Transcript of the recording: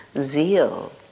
zeal